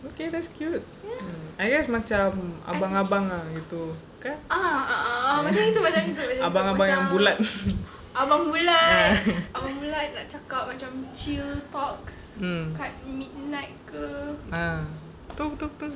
okay that's cute I guess macam abang-abang ah gitu kan abang-abang yang bulat ah um ah betul betul betul